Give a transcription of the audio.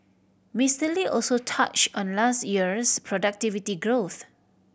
Mister Lee also touched on last year's productivity growth